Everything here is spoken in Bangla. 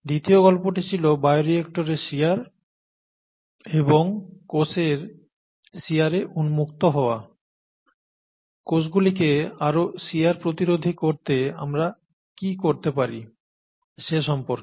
দ্বিতীয় গল্পটি ছিল বায়োরিক্টরে শিয়ার এবং কোষের শিয়ারে উন্মুক্ত হওয়া কোষগুলিকে আরো শিয়ার প্রতিরোধী করতে আমরা কি করতে পারি সে সম্পর্কে